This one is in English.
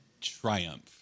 triumph